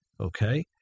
Okay